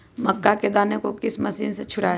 मक्का के दानो को किस मशीन से छुड़ाए?